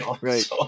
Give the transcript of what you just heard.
Right